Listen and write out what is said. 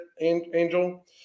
angel